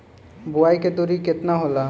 बुआई के दूरी केतना होला?